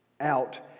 out